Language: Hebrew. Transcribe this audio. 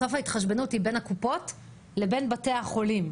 בסוף ההתחשבנות היא בין הקופות לבין בתי החולים.